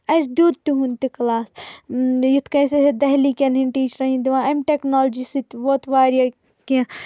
اسہِ دِیُت تِہُنٛد تہِ کِلاس یِتھ کٔنۍ اسہِ ہیکۍ دہلی کٮ۪ن ہِنٛد ٹیٖچرن ہِنٛدۍ دِوان امہِ ٹیکنالوجی سۭتۍ ووت واریاہ کینٛہہ